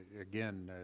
again,